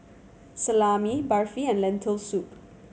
Salami Barfi and Lentil Soup